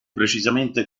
precisamente